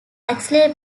axle